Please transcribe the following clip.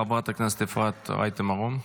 חברת הכנסת אפרת רייטן מרום,